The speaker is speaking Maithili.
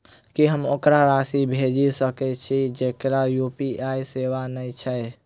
की हम ओकरा राशि भेजि सकै छी जकरा यु.पी.आई सेवा नै छै?